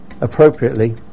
appropriately